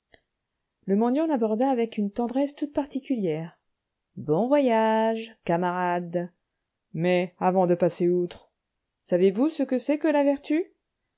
le mendiant l'aborda avec une tendresse toute particulière bon voyage camarade mais avant de passer outre savez-vous ce que c'est que la vertu